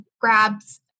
grabs